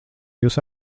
jūs